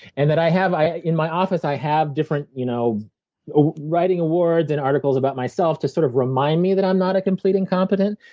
and that i have in my office, i have different you know ah writing awards and articles about myself to sort of remind me that i'm not a complete incompetent,